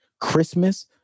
Christmas